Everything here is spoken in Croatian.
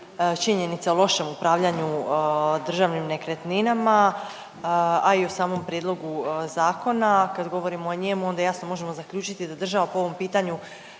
činjenica o lošem upravljanju državnim nekretninama, a i o samom prijedlogu zakona, a kad govorimo o njemu onda jasno možemo zaključiti da država po ovom pitanju